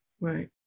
Right